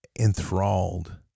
enthralled